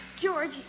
George